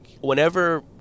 whenever